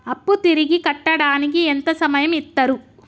అప్పు తిరిగి కట్టడానికి ఎంత సమయం ఇత్తరు?